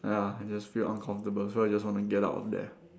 ya I just feel uncomfortable so I want to get out of there